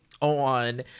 on